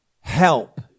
help